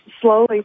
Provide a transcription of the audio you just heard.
slowly